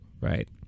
Right